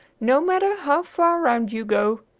no matter how far round you go.